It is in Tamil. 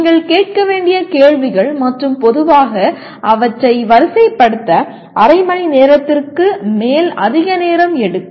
நீங்கள் கேட்க வேண்டிய கேள்விகள் மற்றும் பொதுவாக அவற்றை வரிசைப்படுத்த அரை மணி நேரத்திற்கு மேல் அதிக நேரம் எடுக்கும்